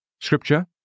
Scripture